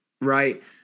right